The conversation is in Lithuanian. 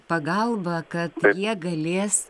pagalbą kad jie galės